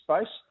space